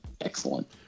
excellent